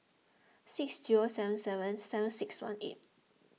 six zero seven seven seven six one eight